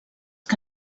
que